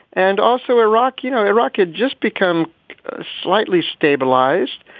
and also iraq. you know, iraq had just become slightly stabilized.